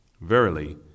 Verily